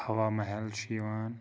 ہوا محل چھُ یِوان